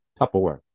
tupperware